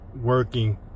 working